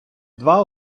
два